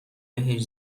بهش